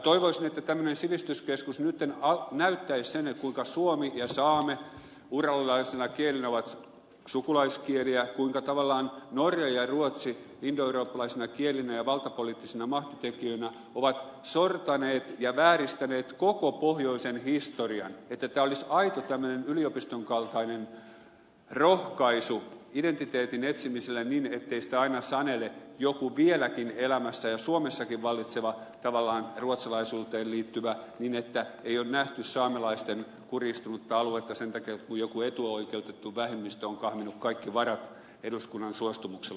toivoisin että tämmöinen sivistyskeskus nyt näyttäisi sen kuinka suomi ja saame uralilaisina kielinä ovat sukulaiskieliä kuinka tavallaan norja ja ruotsi indoeurooppalaisina kielinä ja valtapoliittisina mahtitekijöinä ovat sortaneet ja vääristäneet koko pohjoisen historian että tämä olisi tämmöinen aito yliopiston kaltainen rohkaisu identiteetin etsimiselle niin ettei sitä aina sanele joku vieläkin elämässä ja suomessakin vallitseva tavallaan ruotsalaisuuteen liittyvä niin että ei ole nähty saamelaisten kurjistunutta aluetta sen takia kun joku etuoikeutettu vähemmistö on kahminut kaikki varat eduskunnan suostumuksella